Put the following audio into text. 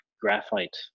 graphite